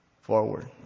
forward